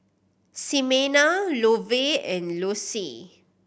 Ximena Lovey and Lossie